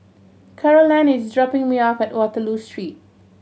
Carolann is dropping me off at Waterloo Street